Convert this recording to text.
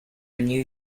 renew